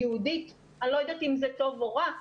יהודית, אני לא יודעת אם זה טוב או רע.